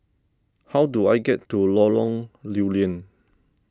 how do I get to Lorong Lew Lian